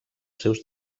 seus